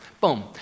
Boom